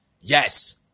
yes